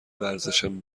ورزشم